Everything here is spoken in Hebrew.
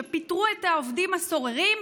שפיטרו את העובדים הסוררים.